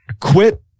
quit